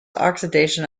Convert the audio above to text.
oxidation